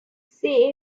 see